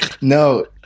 No